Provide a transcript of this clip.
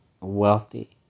wealthy